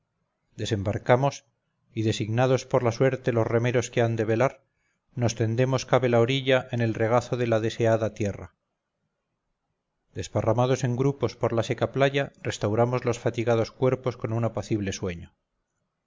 desembarcamos y designados por la suerte los remeros que han de velar nos tendemos cabe la orilla en el regazo de la deseada tierra desparramados en grupos por la seca playa restauramos los fatigados cuerpos con un apacible sueño